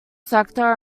sector